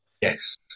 Yes